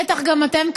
בטח גם אתם,